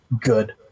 good